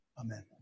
Amen